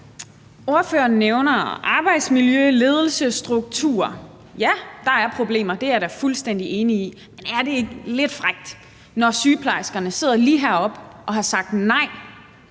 Ordføreren nævner arbejdsmiljø, ledelse, struktur. Ja, der er problemer. Det er jeg da fuldstændig enig i. Men er det ikke lidt frækt, at ordføreren – når sygeplejerskerne sidder lige heroppe og har sagt nej